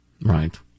Right